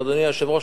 אדוני היושב-ראש,